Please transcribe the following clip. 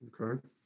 Okay